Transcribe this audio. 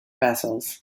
vessels